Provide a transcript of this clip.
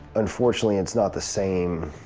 unfortunately, it's not the same